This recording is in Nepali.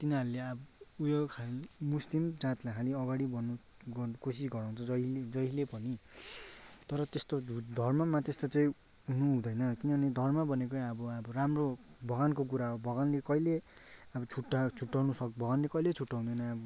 तिनीहरूले अब उयो खै मुस्लिम जातलाई खालि अगाडि बढाउनु कोसिस गराउँछ जहिल्यै जहिल्यै पनि तर त्यस्तो धर्ममा त्यस्तो चाहिँ अहँ हुनुहुँदैन किनभने धर्म भनेकै अब अब राम्रो भगवान्को कुरा हो भगवान्ले कहिल्यै अब छुटा छुटाउनु सक् भगवान्ले कहिल्यै छुटाउँदैन